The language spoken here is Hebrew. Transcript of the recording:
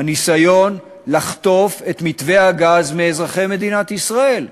הניסיון לחטוף את מתווה הגז מאזרחי מדינת ישראל,